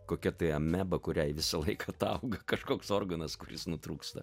kokia tai ameba kuriai visą laiką atauga kažkoks organas kuris nutrūksta